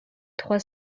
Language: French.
trois